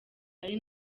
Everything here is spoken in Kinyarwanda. ari